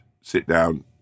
sit-down